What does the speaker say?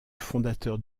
fondeur